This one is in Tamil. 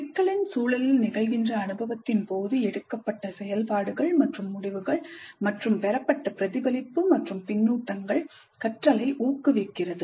சிக்கலின் சூழலில் நிகழ்கின்ற அனுபவத்தின் போது எடுக்கப்பட்ட செயல்பாடுகள் மற்றும் முடிவுகள் மற்றும் பெறப்பட்ட பிரதிபலிப்பு மற்றும் பின்னூட்டங்கள் கற்றலை ஊக்குவிக்கிறது